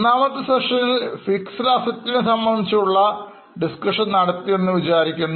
രണ്ടാമത്തെ സെഷനിൽ fixed Assetsനെപ്പറ്റിഡിസ്കഷൻനടത്തി എന്ന് വിചാരിക്കുന്നു